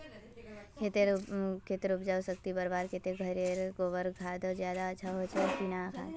खेतेर उपजाऊ शक्ति बढ़वार केते घोरेर गबर खाद ज्यादा अच्छा होचे या किना खाद?